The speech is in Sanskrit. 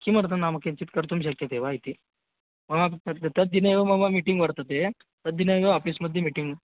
किमर्थं नाम किञ्चित् कर्तुं शक्यते वा इति ममापि तद् तद्दिने एव मम मीटिङ्ग् वर्तते तद्दिने एव आफिस् मध्ये मिटिङ्ग्